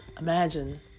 imagine